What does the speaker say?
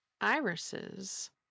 irises